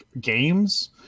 games